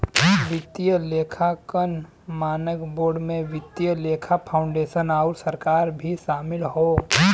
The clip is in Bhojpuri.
वित्तीय लेखांकन मानक बोर्ड में वित्तीय लेखा फाउंडेशन आउर सरकार भी शामिल हौ